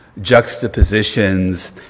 juxtapositions